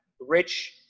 rich